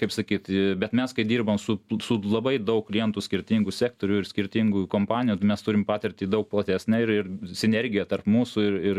kaip sakyt bet mes kai dirbam su su labai daug klientų skirtingų sektorių ir skirtingų kompanijų mes turim patirtį daug platesne ir ir sinergija tarp mūsų ir ir